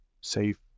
safe